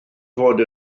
fod